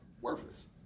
worthless